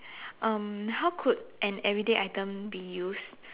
um how could an everyday item be used